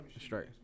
straight